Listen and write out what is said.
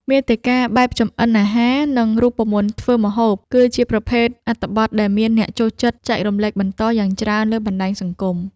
មាតិកាបែបចម្អិនអាហារ និងរូបមន្តធ្វើម្ហូប គឺជាប្រភេទអត្ថបទដែលមានអ្នកចូលចិត្តចែករំលែកបន្តយ៉ាងច្រើនលើបណ្តាញសង្គម។